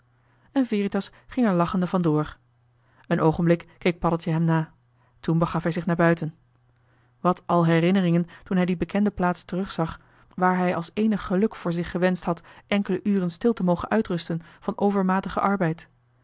veritas ging er lachende vandoor een oogenblik keek paddeltje hem na toen begaf hij zich naar buiten wat al herinneringen toen hij die bekende plaats terugzag waar hij als eenig geluk voor zich gewenscht had enkele uren stil te mogen uitrusten van over matigen arbeid